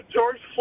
George